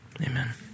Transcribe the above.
Amen